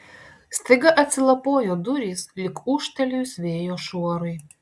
staiga atsilapojo durys lyg ūžtelėjus vėjo šuorui